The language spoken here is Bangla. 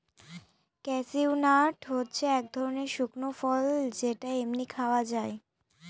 ক্যাসিউ নাট হচ্ছে এক ধরনের শুকনো ফল যেটা এমনি খাওয়া যায়